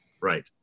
Right